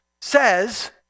says